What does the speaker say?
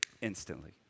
instantly